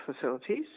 Facilities